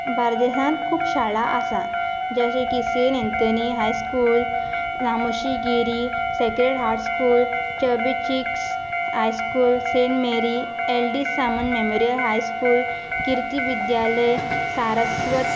बार्देसान खूब शाळा आसा जशे की सॅट अँटनी हायस्कूल नामोशी गिरी Sacred Heart school Chubby Cheeks high school Saint Mary L D Samant memorial high school Kirti Vidyalaya Saraswat